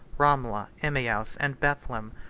ramla, emmaus, and bethlem,